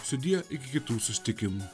sudie iki kitų susitikimų